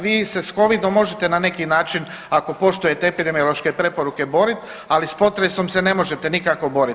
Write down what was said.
Vi se s Covidom možete na neki način, ako poštujete epidemiološke preporuke boriti, ali s potresom se ne možete nikako boriti.